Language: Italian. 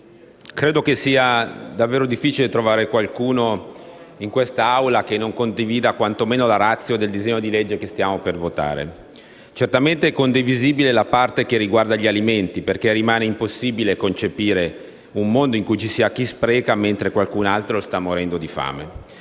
credo che sia difficile trovare qualcuno in questa Assemblea che non condivida quantomeno la *ratio* del disegno di legge che stiamo per votare. Certamente è condivisibile la parte che riguarda gli alimenti, perché rimane impossibile concepire un mondo in cui ci sia chi spreca, mentre qualcun altro sta morendo di fame.